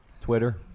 Twitter